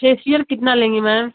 facial कितना लेंगी ma'am